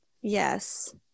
Yes